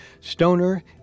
Stoner